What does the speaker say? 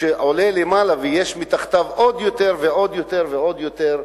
שעולה למעלה ויש מתחתיו עוד יותר ועוד יותר ועוד יותר אנשים.